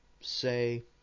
say